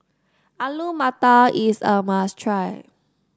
Alu Matar is a must try